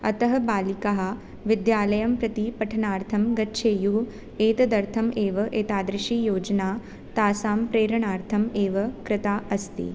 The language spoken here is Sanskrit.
अतः बालिकाः विद्यालयं प्रति पठनार्थं गच्छेयुः एतदर्थमेव एतादृशी योजना तासां प्रेरणार्थम् एव कृता अस्ति